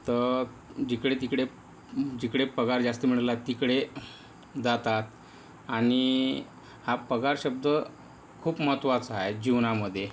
तर जिकडे तिकडे जिकडे पगार जास्त मिळाला तिकडे जातात आणि हा पगार शब्द खूप महत्त्वाचा आहे जीवनामध्ये